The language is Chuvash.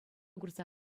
курса